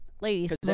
Ladies